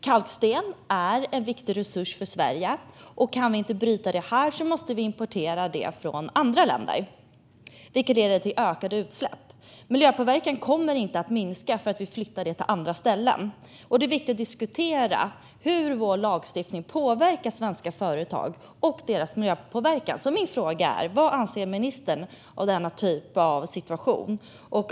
Kalksten är en viktig resurs för Sverige, och kan vi inte bryta det här måste vi importera den, vilket leder till ökade utsläpp. Miljöpåverkan kommer inte att minska för att kalken bryts i andra länder. Det är viktigt att diskutera hur vår lagstiftning påverkar svenska företag och deras miljöpåverkan. Vad anser ministern om denna situation?